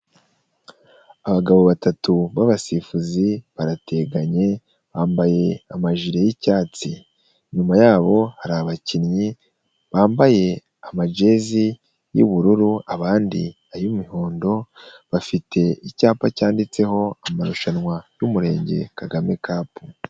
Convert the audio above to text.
Abagabo batatu b'abasifuzi barateganye, bambaye amaji y'icyatsi, inyuma yabo hari abakinnyi bambaye amajezi y'ubururu, abandi ay'umuhondo, bafite icyapa cyanditseho amarushanwa y'umurenge Kagame kapu.